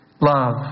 love